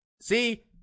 See